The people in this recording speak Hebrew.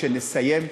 כשנסיים,